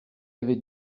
avait